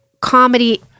comedy